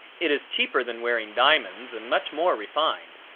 it is cheaper than wearing diamonds and much more refined,